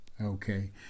Okay